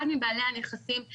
אחד מבעלי הנכסים,